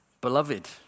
beloved